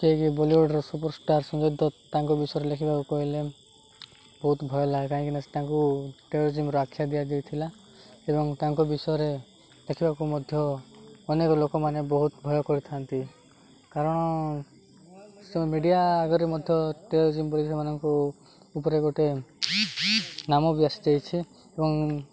ଯିଏକି ବଲିଉଡ଼ର ସୁପରଷ୍ଟାର୍ ସଞ୍ଜୟ ଦତ୍ତ ତାଙ୍କ ବିଷୟରେ ଲେଖିବାକୁ କହିଲେ ବହୁତ ଭୟ ଲାଗେ କାହିଁକିନା ସେ ତାଙ୍କୁ ଟେରୋରିଜିମର ଆଖ୍ୟା ଦିଆଯାଇ ଥିଲା ଏବଂ ତାଙ୍କ ବିଷୟରେ ଲେଖିବାକୁ ମଧ୍ୟ ଅନେକ ଲୋକମାନେ ବହୁତ ଭୟ କରିଥାନ୍ତି କାରଣ ସେ ମିଡ଼ିଆ ଆଗରେ ମଧ୍ୟ ଟେରୋରିଜିମ ବୋଲି ସେମାନଙ୍କୁ ଉପରେ ଗୋଟେ ନାମ ବି ଆସିଯାଇଛି ଏବଂ